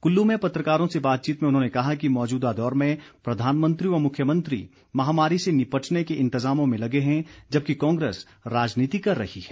कुल्लू में पत्रकारों से बातचीत में उन्होंने कहा कि मौजूदा दौर में प्रधानमंत्री व मुख्यमंत्री महामारी से निपटने के इंतजामों में लगे हैं जबकि कांग्रेस राजनीति कर रही है